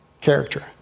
character